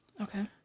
Okay